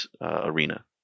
Arena